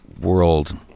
world